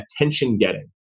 attention-getting